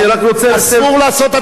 אסור לעשות, אתה צודק.